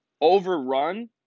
overrun